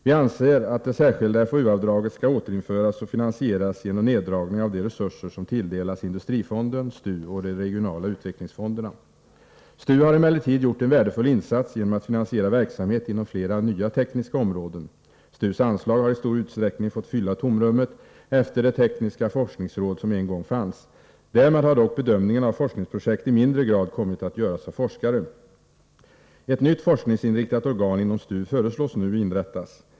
Vi anser att det särskilda FoU-avdraget skall återinföras och finansieras genom neddragning av de resurser som tilldelas Industrifonden, STU och de regionala utvecklingsfonderna. STU har emellertid gjort en värdefull insats genom att finansiera verksamhet inom flera nya tekniska områden. STU:s anslag har i stor utsträckning fått fylla tomrummet efter det tekniska forskningsråd som en gång fanns. Därmed har dock bedömningen av forskningsprojekt i mindre grad kommit att göras av forskare. Ett nytt forskningsinriktat organ inom STU föreslås nu inrättas.